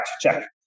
check